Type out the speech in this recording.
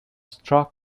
struck